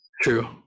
true